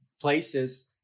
places